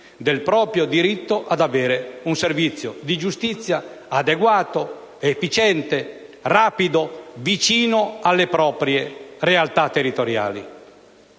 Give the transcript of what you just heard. del proprio diritto ad avere un servizio di giustizia adeguato, efficiente, rapido e vicino alle proprie realtà territoriali.